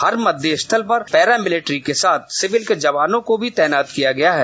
हर मतदेय स्थल पर पैरामिलिट्री के साथ सिविल के जवानो को भी तैनात किया गया है